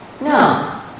No